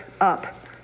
up